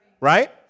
Right